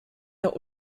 der